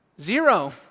Zero